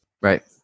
Right